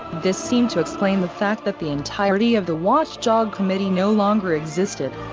this seemed to explain the fact that the entirety of the watchdog committee no longer existed.